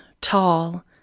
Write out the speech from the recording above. tall